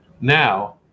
now